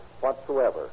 whatsoever